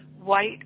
white